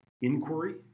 inquiry